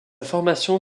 formation